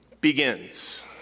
begins